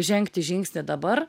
žengti žingsnį dabar